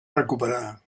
recuperar